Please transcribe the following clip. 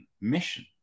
mission